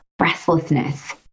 restlessness